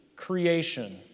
creation